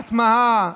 הטמעה,